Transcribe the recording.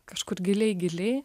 kažkur giliai giliai